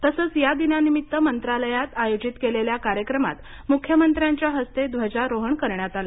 तसेच या दिनानिमित्त मंत्रायालात आयोजित केलेला कार्यक्रमात मुख्यमंत्र्यांच्या हस्ते ध्वजारोहण करण्यात आले